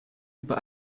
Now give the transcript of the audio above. über